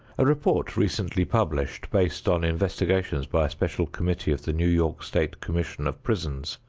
a report recently published, based on investigations by a special committee of the new york state commission of prisons,